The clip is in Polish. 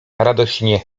radośnie